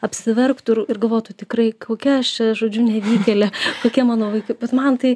apsiverktų ir ir galvotų tikrai kokia aš čia žodžiu nevykėlė kokie mano vaikai bet man tai